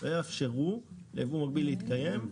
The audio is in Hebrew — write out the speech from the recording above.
לא יאפשרו לייבוא המקביל להתקיים.